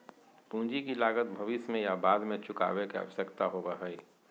पूंजी की लागत भविष्य में या बाद में चुकावे के आवश्यकता होबय हइ